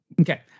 Okay